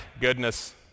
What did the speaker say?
goodness